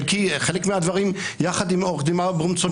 חלק מהדברים יחד עם עורך הדין אברמזון,